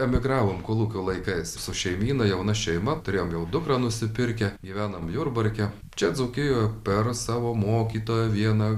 emigravom kolūkio laikais su šeimyna jauna šeima turėjom jau dukrą nusipirkę gyvenom jurbarke čia dzūkijoj per savo mokytoją vieną